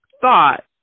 thought